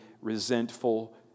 resentful